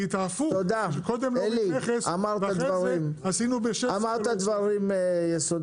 כי את ההפוך שקודם להוריד מכס ואחרי זה עשינו --- אמרת דברים יסודיים.